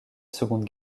seconde